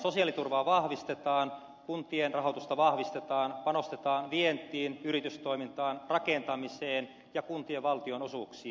sosiaaliturvaa vahvistetaan kuntien rahoitusta vahvistetaan panostetaan vientiin yritystoimintaan rakentamiseen ja kuntien valtionosuuksiin